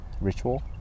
ritual